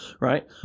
Right